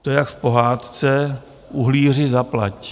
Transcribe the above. To jak v pohádce uhlíři zaplať!